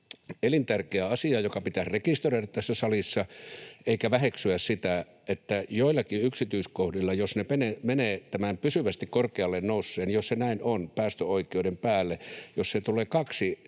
elintärkeä asia, joka pitäisi rekisteröidä tässä salissa eikä väheksyä sitä, että jotkut yksityiskohdat, jos ne menevät tämän pysyvästi korkealle nousseen — jos se näin on — päästöoikeuden päälle, jos siellä tulee kaksi